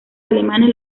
alemanes